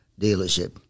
dealership